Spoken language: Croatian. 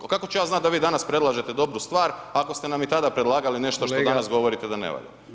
Ali kako ću ja znati da vi danas predlažete dobru stvar ako ste nam i tada predlagali nešto što danas govorite ne valja?